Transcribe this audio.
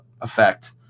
effect